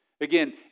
Again